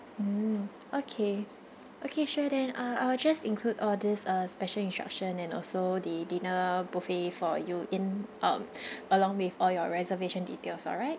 mm okay okay sure then uh I will just include all this uh special instruction and also the dinner buffet for you in um along with all your reservation details all right